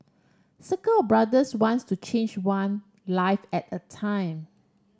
circle of brothers wants to change one life at a time